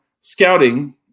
scouting